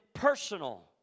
Personal